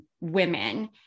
women